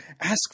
ask